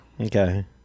Okay